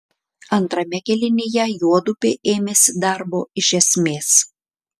antrame kėlinyje juodupė ėmėsi darbo iš esmės